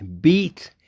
beat